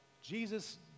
Jesus